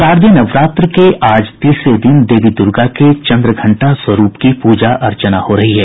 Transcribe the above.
शारदीय नवरात्र के आज तीसरे दिन देवी दुर्गा के चंद्रघंटा स्वरूप की पूजा अर्चना हो रही है